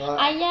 no lah